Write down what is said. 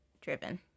driven